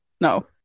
No